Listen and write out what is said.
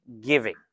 giving